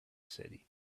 city